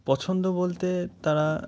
পছন্দ বলতে তারা